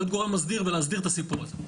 להיות גורם מסדיר ולהסדיר את הסיפור הזה,